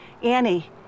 Annie